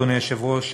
אדוני היושב-ראש,